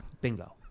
Bingo